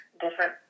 different